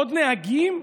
עוד נהגים?